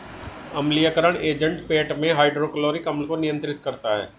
अम्लीयकरण एजेंट पेट में हाइड्रोक्लोरिक अम्ल को नियंत्रित करता है